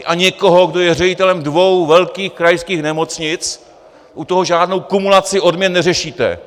A někdo, kdo je ředitelem dvou velkých krajských nemocnic, u toho žádnou kumulaci odměn neřešíte.